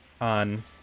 on